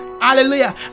hallelujah